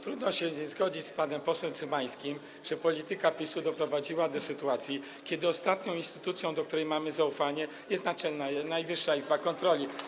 Trudno się nie zgodzić z panem posłem Cymańskim, że polityka PiS-u doprowadziła do sytuacji, kiedy ostatnią instytucją, do której mamy zaufanie, jest Najwyższa Izba Kontroli.